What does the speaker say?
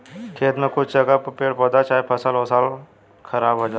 खेत में कुछ जगह पर पेड़ पौधा चाहे फसल ओसल खराब हो जाला